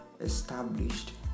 established